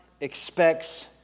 expects